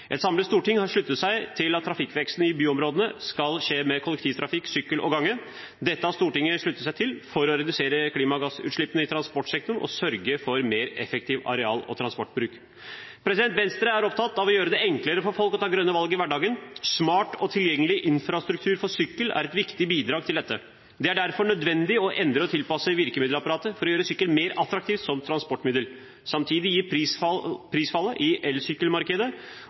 Et samlet storting har sluttet seg til at trafikkveksten i byområdene skal skje med kollektivtrafikk, sykkel og gange. Dette har Stortinget sluttet seg til for å redusere klimagassutslippene i transportsektoren og sørge for mer effektiv areal- og transportbruk. Venstre er opptatt av å gjøre det enklere for folk å ta grønne valg i hverdagen. Smart og tilgjengelig infrastruktur for sykkel er et viktig bidrag til dette. Det er derfor nødvendig å endre og tilpasse virkemiddelapparatet for å gjøre sykkelen mer attraktiv som transportmiddel. Samtidig gir prisfallet i elsykkelmarkedet